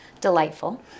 delightful